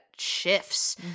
Shifts